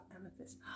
amethyst